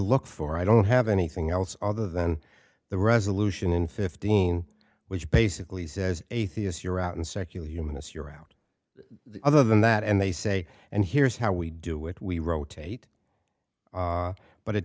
look for i don't have anything else other than the resolution in fifteen which basically says atheist you're out and secular humanists you're out other than that and they say and here's how we do it we rotate but it